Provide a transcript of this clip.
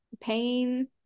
pain